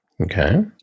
Okay